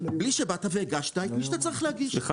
בלי שבאת והגשת את מי שאתה צריך להגיש,